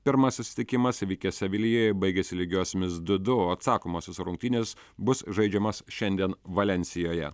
pirmas susitikimas vykęs sevilijoje baigėsi lygiosiomis du du atsakomosios rungtynės bus žaidžiamos šiandien valensijoje